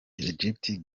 egypt